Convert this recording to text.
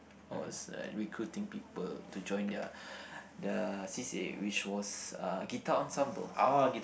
was like recruiting people to join their their c_c_a which was uh guitar ensemble